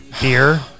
beer